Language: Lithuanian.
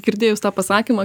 girdėjus tą pasakymą